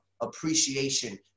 appreciation